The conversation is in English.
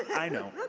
i know.